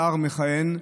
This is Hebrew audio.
שר מכהן,